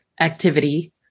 activity